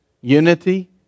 unity